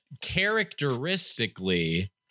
characteristically